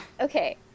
Okay